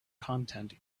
content